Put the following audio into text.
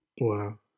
Wow